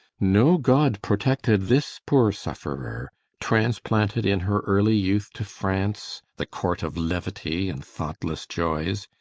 no god protected this poor sufferer transplanted in her early youth to france, the court of levity and thoughtless joys,